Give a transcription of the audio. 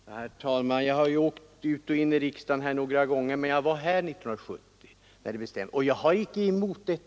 Herr talman! Jag har åkt ut och in i riksdagen ett par gånger, men jag var här 1970 när samrådsförfarandet beslutades.